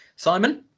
Simon